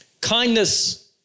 kindness